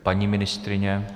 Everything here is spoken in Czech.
Paní ministryně?